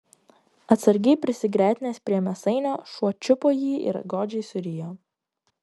atsargiai prisigretinęs prie mėsainio šuo čiupo jį ir godžiai surijo